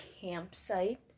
campsite